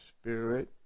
Spirit